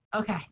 okay